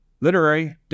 literary